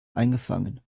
eingefangen